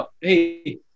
Hey